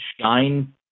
shine